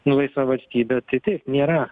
nu laisva valstybė tai taip nėra